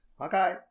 Okay